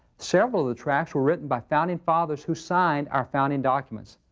several of the tracks were written by founding fathers who signed our founding documents.